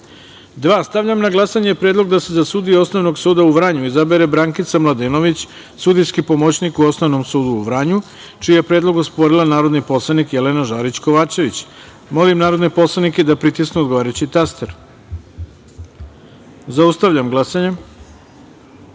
Stavljam na glasanje predlog da se za sudiju Osnovnog suda u Vranju izabere Brankica Mladenović, sudijski pomoćnik u Osnovnom sudu u Vranju, čiji je predlog osporila narodni poslanik Jelena Žarić Kovačević. Molim narodne poslanike da pritisnu odgovarajući taster. Zaustavljam glasanje: